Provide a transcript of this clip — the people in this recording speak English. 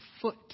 foot